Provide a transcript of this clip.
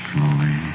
Slowly